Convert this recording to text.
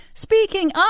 Speaking